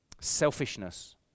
selfishness